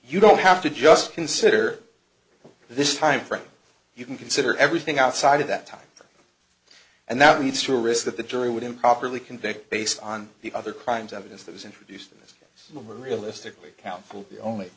you don't have to just consider this time frame you can consider everything outside of that time and that leads to a risk that the jury would improperly convict based on the other crimes evidence that was introduced in this in the realistically counsel